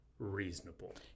Reasonable